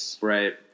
Right